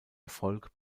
erfolg